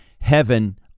heaven